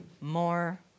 more